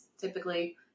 typically